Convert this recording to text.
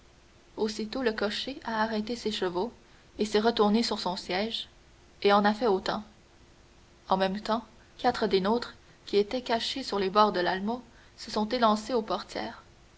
aussitôt le cocher a arrêté ses chevaux s'est retourné sur son siège et en a fait autant en même temps quatre des nôtres qui étaient cachés sur les bords de l'almo se sont élancés aux portières